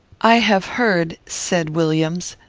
i have heard said williams,